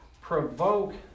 provoke